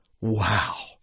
Wow